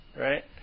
right